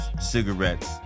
cigarettes